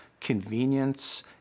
convenience